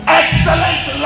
excellent